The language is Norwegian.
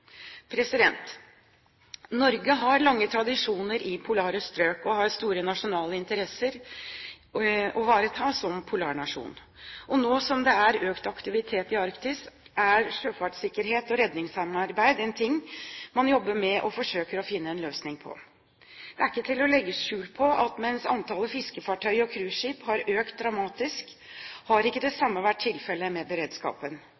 Norge har lange tradisjoner i polare strøk og har store nasjonale interesser å ivareta som polarnasjon. Nå som det er økt aktivitet i Arktis, er sjøfartssikkerhet og redningssamarbeid en ting man jobber med og forsøker å finne en løsning på. Det er ikke til å legge skjul på at mens antallet fiskefartøy og cruiseskip har økt dramatisk, har ikke det samme vært tilfellet med beredskapen.